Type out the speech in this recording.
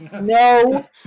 no